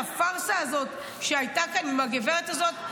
הפארסה הזאת שהייתה כאן עם הגברת הזאת,